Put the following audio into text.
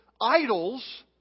idols